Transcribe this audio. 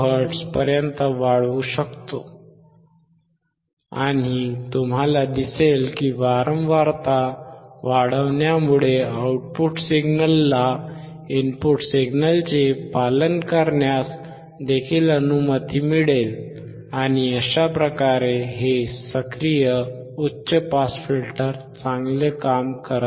5KHz पर्यंत वाढवू शकता आणि तुम्हाला दिसेल की वारंवारता वाढवण्यामुळे आउटपुट सिग्नलला इनपुट सिग्नलचे पालन करण्यास देखील अनुमती मिळेल आणि अशा प्रकारे हे सक्रिय उच्च पास फिल्टर चांगले काम करत आहे